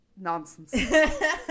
Nonsense